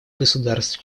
государств